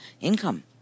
income